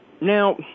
Now